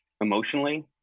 emotionally